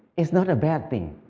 it's not a bad thing.